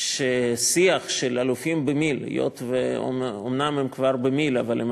ששיח של אלופים במיל' אומנם הם כבר במיל' אבל הם